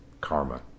karma